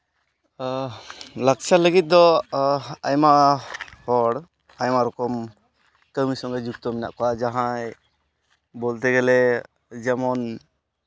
ᱞᱟᱠᱪᱟᱨ ᱞᱟᱹᱜᱤᱫ ᱫᱚ ᱟᱭᱢᱟ ᱦᱚᱲ ᱟᱭᱢᱟ ᱨᱚᱠᱚᱢ ᱠᱟᱹᱢᱤ ᱥᱚᱸᱜᱮ ᱡᱩᱠᱛᱚ ᱢᱮᱱᱟᱜ ᱠᱚᱣᱟ ᱡᱟᱦᱟᱸᱭ ᱵᱚᱞᱛᱮ ᱜᱮᱞᱮ ᱡᱮᱢᱚᱱ